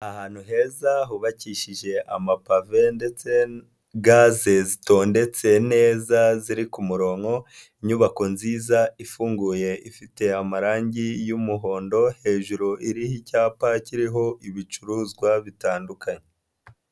Ahantu heza hubakishije amapave ndetse gaze zitondetse neza ziri ku kumurongo, inyubako nziza ifunguye ifite amarangi y'umuhondo, hejuru iriho icyapa kiriho ibicuruzwa bitandukanye.